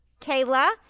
Kayla